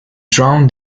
drown